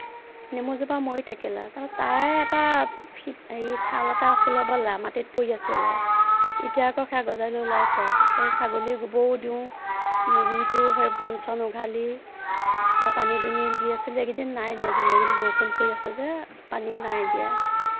নেমুজোপা মৰি থাকিল তাৰপিছত তাৰে এটা হেৰি ঠাল এটা আছিলে মাটিত পৰি আছিলে এতিয়া আকৌ সেয়া গজালি ওলাইছে আও এই ছাগলীৰ গোবৰো দিও গুৰিটো সেই বন চন উঘালি পানী দুনি দি আছিলোঁ এইকেইদিন নাই দিয়া যেন এইকেইদিন বৰষুণ পৰি আছে যে পানী নাই দিয়া